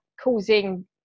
causing